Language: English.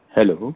hello